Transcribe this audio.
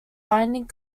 binding